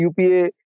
UPA